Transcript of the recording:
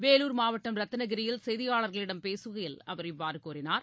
வேலூர் மாவட்டம் ரத்தினகிரியில் செய்தியாளர்களிடம் பேசுகையில் அவர் இவ்வாறுகூறினார்